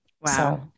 Wow